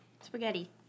Spaghetti